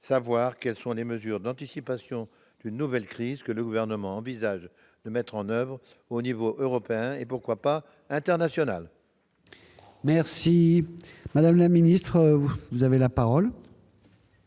savoir quelles sont les mesures d'anticipation d'une nouvelle crise que le Gouvernement envisage de mettre en oeuvre au niveau européen et, pourquoi pas, international. La parole est à Mme la